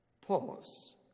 pause